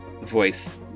voice